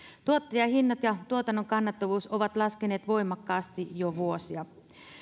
tuottajahinnat ja tuotannon kannattavuus ovat laskeneet voimakkaasti jo vuosia